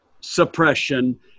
suppression